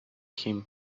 him